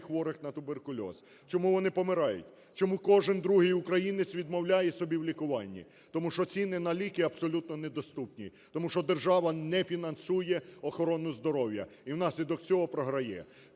хворих на туберкульоз. Чому вони помирають? Чому кожен другий українець відмовляє собі у лікуванні? Тому що ціни на ліки абсолютно недоступні, тому що держава не фінансує охорону здоров'я і внаслідок цього програє.